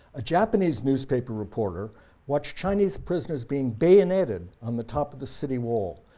a japanese newspaper reporter watched chinese prisoners being bayoneted on the top of the city wall.